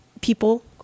people